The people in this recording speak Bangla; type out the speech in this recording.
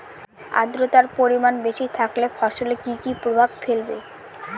আদ্রর্তার পরিমান বেশি থাকলে ফসলে কি কি প্রভাব ফেলবে?